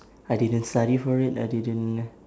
I didn't study for it I didn't